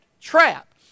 trap